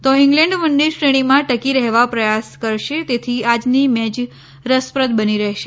તો England one day શ્રેણીમાં ટકી રહેવા પ્રયાસ કરશે તેથી આજની મેચ રસપ્રદ બની રહેશે